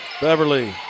Beverly